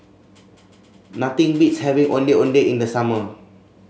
nothing beats having Ondeh Ondeh in the summer